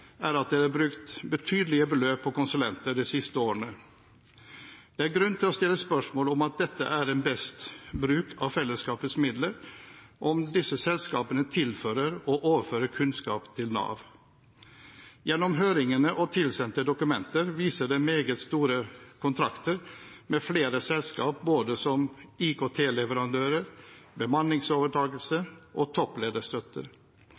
er at det er brukt betydelige beløp på konsulenter de siste årene. Det er grunn til å stille spørsmål om dette er best bruk av fellesskapets midler, og om disse selskapene tilfører og overfører kunnskap til Nav. Gjennom høringene og tilsendte dokumenter blir det vist til meget store kontrakter med flere selskap, både som IKT-leverandører, bemanningsovertakelse og topplederstøtte.